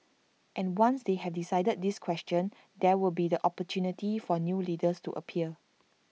and once they have decided this question there will be the opportunity for new leaders to appear